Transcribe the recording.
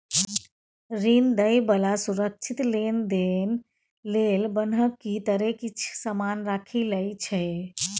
ऋण दइ बला सुरक्षित लेनदेन लेल बन्हकी तरे किछ समान राखि लइ छै